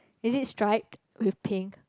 is it stripe with pink